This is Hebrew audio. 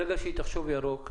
ברגע שהיא תחשוב ירוק,